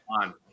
on